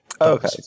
okay